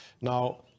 now